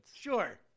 Sure